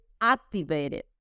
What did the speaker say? activated